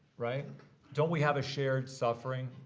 right don't we have a shared suffering?